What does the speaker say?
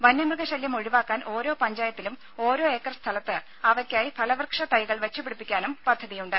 വന്യമൃഗശല്യം ഒഴിവാക്കാൻ ഓരോ പഞ്ചായത്തിലും ഓരോ ഏക്കർ സ്ഥലത്ത് അവയ്ക്കായി ഫലവൃക്ഷത്തൈകൾ വച്ചുപിടിപ്പിക്കാനും പദ്ധതിയുണ്ട്